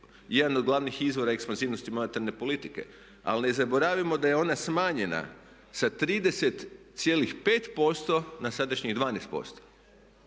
jedan od glavnih izvora ekspanzivnosti monetarne politike. Ali ne zaboravimo da je ona smanjena sa 30,5% na sadašnjih 12%.